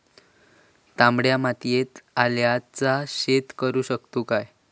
तामड्या मातयेत आल्याचा शेत करु शकतू काय?